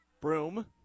Broom